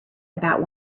about